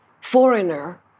foreigner